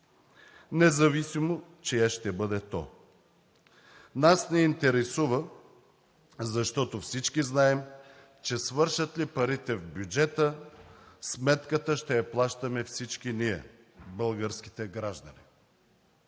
независимо чие ще бъде то. Нас ни интересува, защото всички знаем, че свършат ли парите в бюджета, сметката ще я плащаме всички ние – българските граждани.